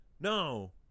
No